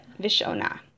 vishona